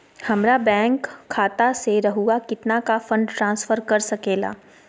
हमरा बैंक खाता से रहुआ कितना का फंड ट्रांसफर कर सके ला?